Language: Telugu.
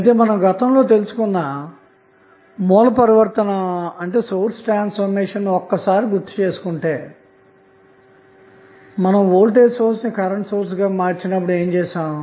అయితే మనం గతంలో తెలుసుకొన్న సోర్స్ ట్రాన్స్ఫార్మేషన్ ను ఒక్కసారి గుర్తు చేసుకుంటే మనం వోల్టేజ్ సోర్స్ని కరెంటు సోర్స్ గా మార్చినప్పుడు ఏమి చేసాము